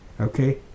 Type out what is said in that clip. Okay